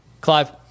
clive